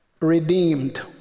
Redeemed